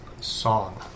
song